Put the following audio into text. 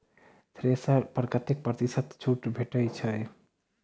Thresher पर कतै प्रतिशत छूट भेटय छै?